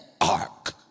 ark